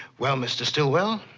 well, mr. stillwell?